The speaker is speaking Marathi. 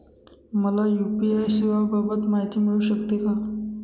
मला यू.पी.आय सेवांबाबत माहिती मिळू शकते का?